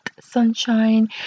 sunshine